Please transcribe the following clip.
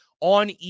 on